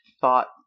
thought